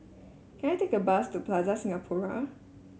can I take a bus to Plaza Singapura